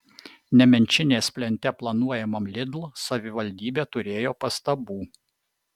nemenčinės plente planuojamam lidl savivaldybė turėjo pastabų